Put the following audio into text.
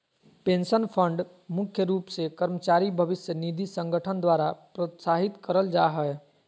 pension fund मुख्य रूप से कर्मचारी भविष्य निधि संगठन द्वारा प्रोत्साहित करल जा हय